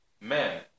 Man